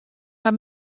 har